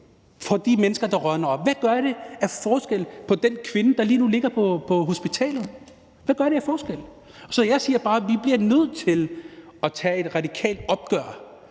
for de mennesker, der rådner op? Hvad gør det af forskel for den kvinde, der lige nu ligger på hospitalet? Hvad gør det af forskel? Jeg siger bare, at vi bliver nødt til at tage et radikalt opgør